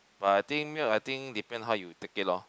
but I think milk I think depend how you take it loh